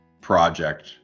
project